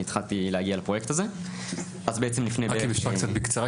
התחלתי להגיע לפרויקט הזה --- רק אם אפשר קצת בקצרה,